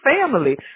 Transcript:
family